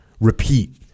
Repeat